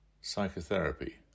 Psychotherapy